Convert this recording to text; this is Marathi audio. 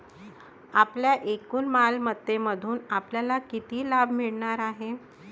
आपल्या एकूण मालमत्तेतून आपल्याला किती लाभ मिळणार आहे?